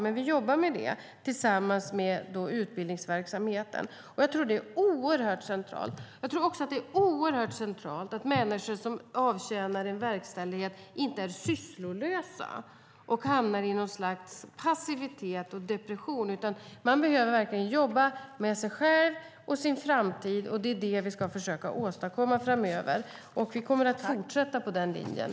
Men vi jobbar med detta, tillsammans med utbildningsverksamheten. Jag tror att detta är oerhört centralt. Det är också centralt att människor som avtjänar en verkställighet inte är sysslolösa och hamnar i passivitet och depression, utan de behöver jobba med sig själva och sin framtid, och det är det vi ska försöka åstadkomma framöver. Vi kommer att fortsätta på den linjen.